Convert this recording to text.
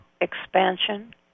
expansion